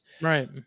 right